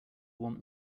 want